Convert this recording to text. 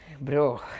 Bro